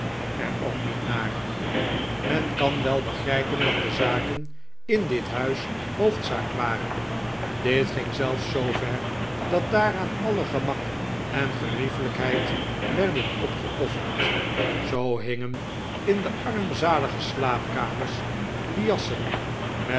er ook niet naar men kan wel begrijpen dat de zaken in dit huis hoofdzaak waren dit ging zelfs zoover dat daaraan alle gemak en geriefelijkheid werden opgeofferd zoo hingen in de armzalige slaapkamers lias sen met